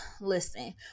listen